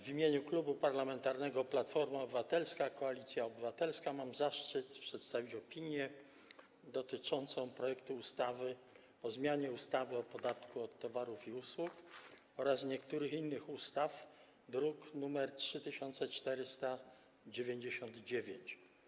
W imieniu Klubu Parlamentarnego Platforma Obywatelska - Koalicja Obywatelska mam zaszczyt przedstawić opinię dotyczącą projektu ustawy o zmianie ustawy o podatku od towarów i usług oraz niektórych innych ustaw, druk nr 3499.